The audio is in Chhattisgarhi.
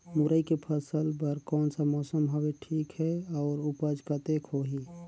मुरई के फसल बर कोन सा मौसम हवे ठीक हे अउर ऊपज कतेक होही?